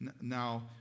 now